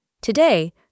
Today